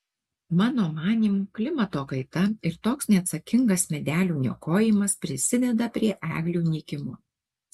mano manymu klimato kaita ir toks neatsakingas medelių niokojimas prisideda prie eglių nykimo